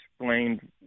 explained